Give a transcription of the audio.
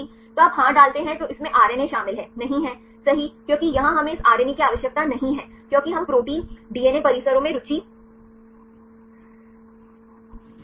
तो आप हाँ डालते हैं तो इसमें आरएनए शामिल है नहीं है सही क्योंकि यहां हमें इस आरएनए की आवश्यकता नहीं है क्योंकि हम प्रोटीन डीएनए परिसरों में रुचि रखते हैं